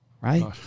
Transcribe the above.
right